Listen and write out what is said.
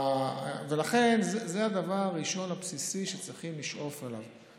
ולכן זה הדבר הראשון, הבסיסי, שצריכים לשאוף אליו.